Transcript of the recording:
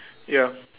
ya